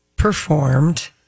Performed